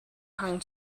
hang